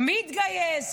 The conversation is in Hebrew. מי יתגייס,